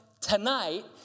tonight